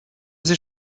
sie